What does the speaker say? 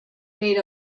made